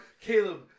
Caleb